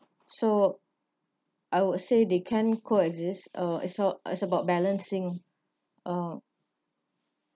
so I would say they can coexist uh it's all it's about balancing uh